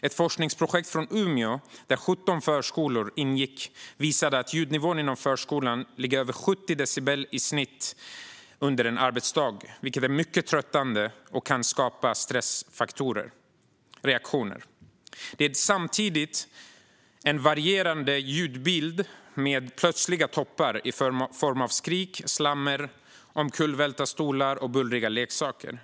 Ett forskningsprojekt från Umeå, där 17 förskolor ingick, visade att ljudnivån inom förskolan ligger över 70 decibel i snitt under en arbetsdag, vilket är mycket tröttande och kan skapa stressreaktioner. Det är samtidigt en varierande ljudbild med plötsliga toppar i form av skrik, slammer, omkullvälta stolar och bullriga leksaker.